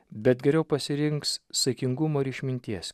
bet geriau pasirinks saikingumo ir išminties